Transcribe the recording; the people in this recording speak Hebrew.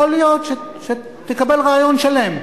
יכול להיות שתקבל רעיון שלם.